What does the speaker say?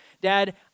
Dad